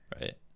right